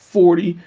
forty,